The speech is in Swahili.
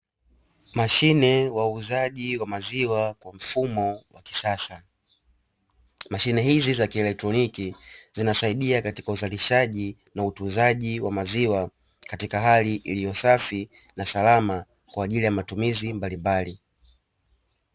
Mashine wauzaji wa maziwa kwa mfumo wa kisasa, mashine hizi za kielektroniki zinasaidia katika uzalishaji na utunzaji wa maziwa katika hali iliyo safi na salama, kwa ajili ya matumizi mbalimbali.